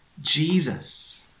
Jesus